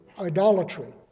idolatry